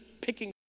picking